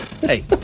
Hey